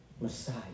Messiah